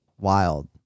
wild